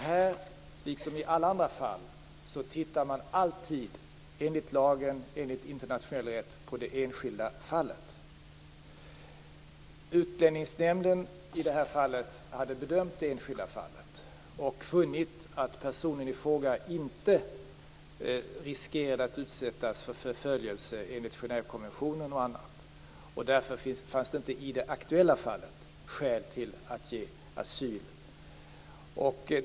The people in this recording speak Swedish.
Här, liksom överallt annars, tittar man enligt lagen och enligt internationell rätt på det enskilda fallet. Utlänningsnämnden hade bedömt det enskilda fallet och funnit att personen i fråga inte riskerade att utsättas för förföljelse enligt t.ex. Genèvekonventionen, och därför fanns det i det aktuella fallet inte skäl att ge asyl.